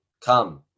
come